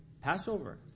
Passover